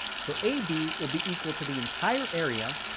so ab will be equal to the entire area,